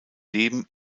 leben